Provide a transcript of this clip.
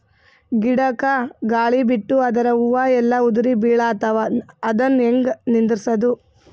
ಗಿಡಕ, ಗಾಳಿ ಬಿಟ್ಟು ಅದರ ಹೂವ ಎಲ್ಲಾ ಉದುರಿಬೀಳತಾವ, ಅದನ್ ಹೆಂಗ ನಿಂದರಸದು?